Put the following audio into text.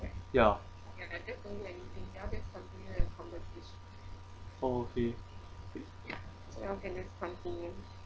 ya oh okay